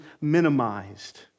minimized